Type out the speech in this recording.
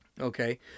Okay